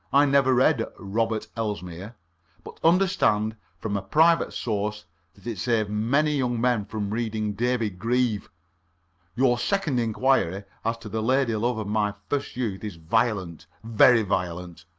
i never read robert elsmere but understand from a private source that it saved many young men from reading david grieve your second inquiry as to the lady-love of my first youth is violent very violent.